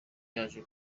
yaje